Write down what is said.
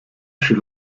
she